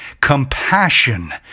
compassion